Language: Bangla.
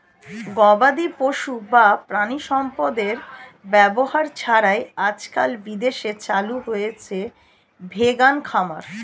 গবাদিপশু বা প্রাণিসম্পদের ব্যবহার ছাড়াই আজকাল বিদেশে চালু হয়েছে ভেগান খামার